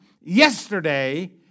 yesterday